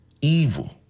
evil